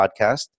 podcast